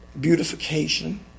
beautification